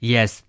Yes